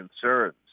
concerns